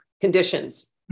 conditions